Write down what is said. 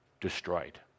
destroyed